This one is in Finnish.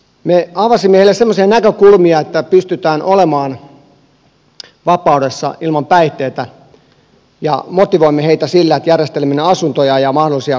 me avasimme heille semmoisia näkökulmia että pystytään olemaan vapaudessa ilman päihteitä ja motivoimme heitä sillä että järjestelimme asuntoja ja mahdollisia koulutus tai työpaikkoja